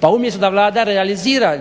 pa umjesto da Vlada realizira